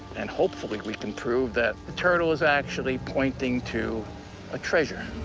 and hopefully we can prove that the turtle is actually pointing to a treasure.